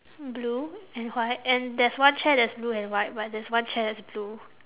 mm blue and white and there's one chair that's blue and white but there's one chair that's blue